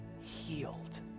healed